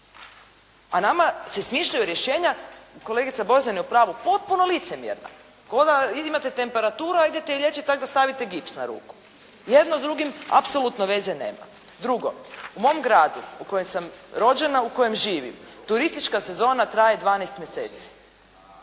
a nama se smišljaju rješenja kolegica Bozan je u pravu potpuno licemjerna. Kao da vi imate temperaturu a idete liječiti tako da stavite gips na ruku. Jedno s drugim apsolutno veze nema. Drugo, u mom gradu u kojem sam rođena u kojem živim, turistička sezona traje 12 mjeseci,